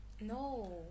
No